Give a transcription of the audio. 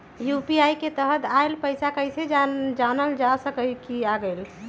UPI के तहत आइल पैसा कईसे जानल जा सकहु की आ गेल?